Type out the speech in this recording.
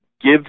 give